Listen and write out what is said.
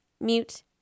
Mute